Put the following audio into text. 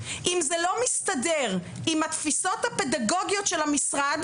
אם זה לא מסתדר עם התפיסות הפדגוגיות של המשרד,